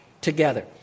together